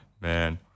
Man